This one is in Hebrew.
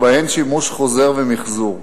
ובהן שימוש חוזר ומיחזור,